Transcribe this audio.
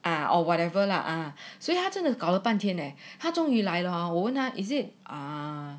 ah or whatever lah 所以他真的搞了半天咧他终于来的话 is it ah